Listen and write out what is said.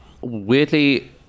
weirdly